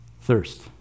Thirst